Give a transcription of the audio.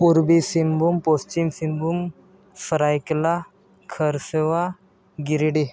Purbi Singhbhum Paschim Singhbhum Seraikela Kharsawan Giridih